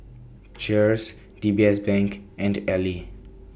Cheers D B S Bank and Elle